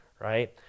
right